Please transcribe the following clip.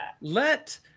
Let